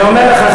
אני אומר לכם,